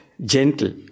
gentle